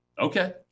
okay